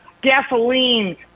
gasoline